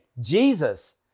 Jesus